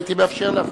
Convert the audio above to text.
הייתי מאפשר לך.